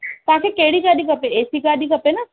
तव्हां खे कहिड़ी गाॾी खपे एसी गाॾी खपे न